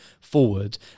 forward